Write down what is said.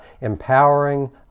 empowering